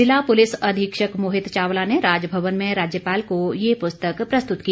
जिला पुलिस अधीक्षक मोहित चावला ने राजभवन में राज्यपाल को यह पुस्तक प्रस्तुत की